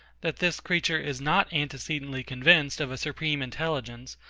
that this creature is not antecedently convinced of a supreme intelligence,